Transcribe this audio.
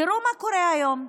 תראו מה קורה היום: